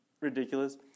ridiculous